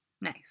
Nice